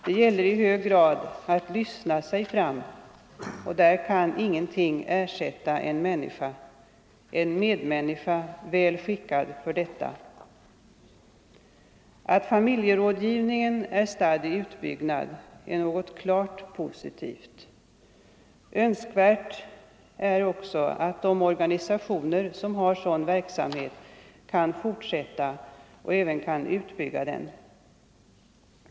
Det gäller i hög grad att lyssna sig fram, och där kan ingenting ersätta en människa - en medmänniska, väl skickad för detta. Att familjerådgivningen är stadd i utbyggnad är också något klart positivt. Önskvärt är att de organisationer som har sådan verksamhet kan fortsätta och även bygga ut denna.